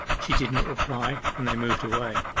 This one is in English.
she did not reply, and they moved away.